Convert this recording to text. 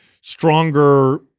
stronger